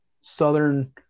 southern